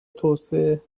توسعه